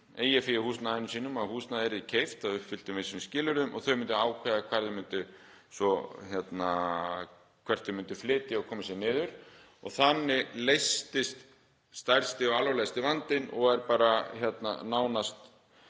eigið fé í húsnæðinu sínu, að húsnæðið yrði keypt að uppfylltum vissum skilyrðum og þau myndu ákveða hvert þau myndu flytja og koma sér fyrir. Þannig leystist stærsti og alvarlegasti vandinn og er bara nánast